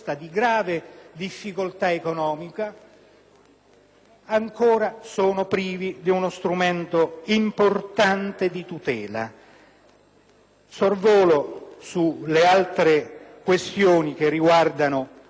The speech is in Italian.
ancora privi di un importante strumento di tutela. Sorvolo sulle altre questioni che riguardano questo provvedimento, come ad esempio